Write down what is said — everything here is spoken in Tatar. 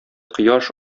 кояш